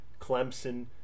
Clemson